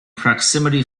proximity